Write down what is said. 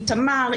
עם תמר,